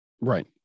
Right